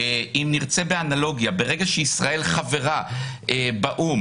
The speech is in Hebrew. אם נרצה באנלוגיה ברגע שישראל חברה באו"ם